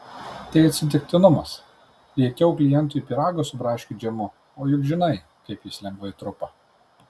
tai atsitiktinumas riekiau klientui pyrago su braškių džemu o juk žinai kaip jis lengvai trupa